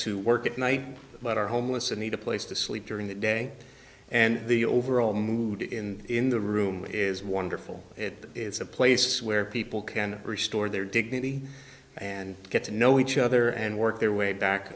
who work at night but are homeless and need a place to sleep during the day and the overall mood in in the room is wonderful it's a place where people can restore their dignity and get to know each other and work their way